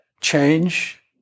change